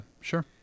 sure